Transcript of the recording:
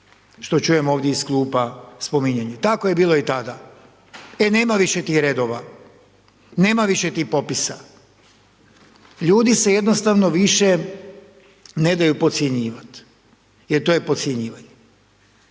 što čujem ovdje iz klupa spominjanje. Tako je bilo i tada. E nema više tih redova, nema više tih popisa. Ljudi se jednostavno ne daju više podcjenjivati jer to je podcjenjivanje.